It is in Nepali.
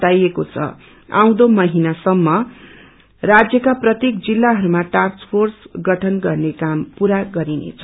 बताईएको छ आउँदो महिना सम्म राज्यका प्रत्येक जिलाहरूमा टास्क फ्र्रेस गठन गर्ने काम पूरा गरिनेछ